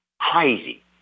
Crazy